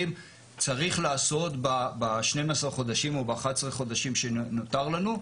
צריך לעשות ב-12 חודשים או ב-11 חודשים שנותר לנו?